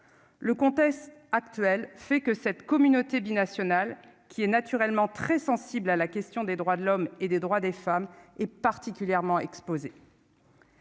le contexte actuel fait que cette communauté binational qui est naturellement très sensible à la question des droits de l'homme et des droits des femmes et, particulièrement, exposées.